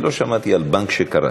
לא שמעתי על בנק שקרס.